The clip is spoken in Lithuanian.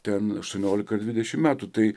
ten aštuoniolika dvidešimt metų tai